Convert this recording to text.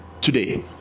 today